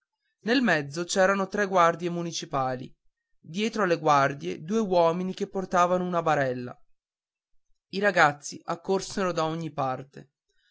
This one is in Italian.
nel mezzo c'erano tre guardie municipali dietro alle guardie due uomini che portavano una barella i ragazzi accorsero da ogni parte